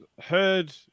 heard